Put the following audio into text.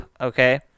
Okay